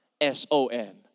S-O-N